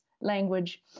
language